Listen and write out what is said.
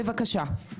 בבקשה.